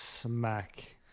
smack